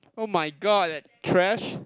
oh-my-god that trash